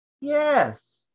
Yes